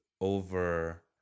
over